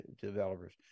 developers